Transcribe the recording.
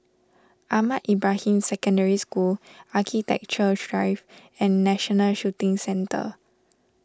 Ahmad Ibrahim Secondary School Architectures Drive and National Shooting Centre